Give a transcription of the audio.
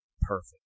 perfect